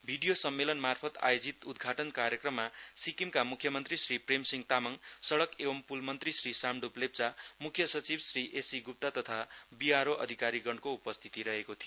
video सम्मेलन मार्फत आयोजित उदघाटन कार्यक्रममा सिक्किमका मुख्यमन्त्री श्री प्रेमसिंह तामाङ सड़र एवं पुल मन्त्री श्री सामडुप लेप्चामुख्य सचिव श्री एससी गुप्ता तथा बीआरओ अधिकारीगणको उपस्थिति थियो